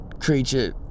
creature